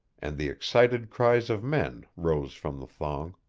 and the excited cries of men, rose from the throng.